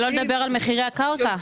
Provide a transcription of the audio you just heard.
שלא לדבר על מחירי הקרקע.